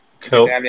Cool